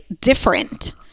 different